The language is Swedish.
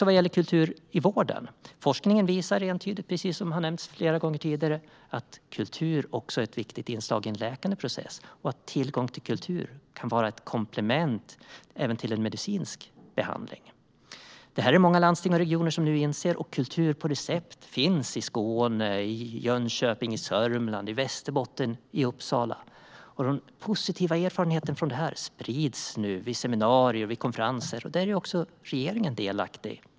Vad gäller kultur i vården visar forskningen entydigt, precis som har nämnts flera gånger tidigare, att kultur också är ett viktigt inslag i en läkande process och att tillgång till kultur kan vara ett komplement även till en medicinsk behandling. Detta är det många landsting och regioner som nu inser. Och kultur på recept finns i Skåne, Jönköping, Sörmland, Västerbotten och Uppsala. De positiva erfarenheterna sprids nu vid seminarier och konferenser. Där är också regeringen delaktig.